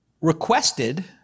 Requested